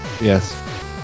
Yes